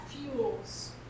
fuels